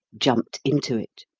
jumped into it.